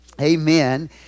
Amen